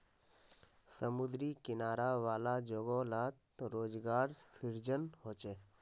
समुद्री किनारा वाला जोगो लात रोज़गार सृजन होचे